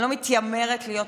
אני לא מתיימרת להיות כזאת,